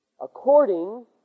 according